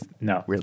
no